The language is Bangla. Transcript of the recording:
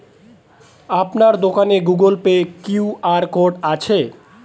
আপনার দোকানে গুগোল পে কিউ.আর কোড আছে?